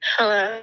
Hello